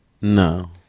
No